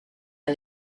est